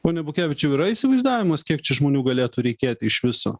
pone abukevičiau yra įsivaizdavimas kiek čia žmonių galėtų reikėti iš viso